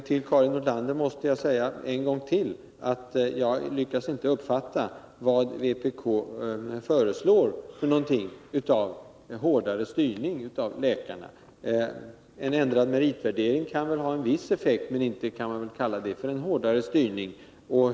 Till Karin Nordlander måste jag säga en gång till att jag inte lyckas uppfatta vad vpk föreslår i fråga om hårdare styrning av läkarna. En ändrad meritvärdering kan väl ha en viss effekt, men inte kan man kalla det för en hårdare styrning.